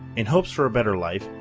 in hopes for a better life,